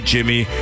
Jimmy